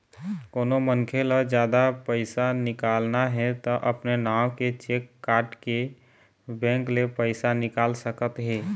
कोनो मनखे ल जादा पइसा निकालना हे त अपने नांव के चेक काटके बेंक ले पइसा निकाल सकत हे